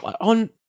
on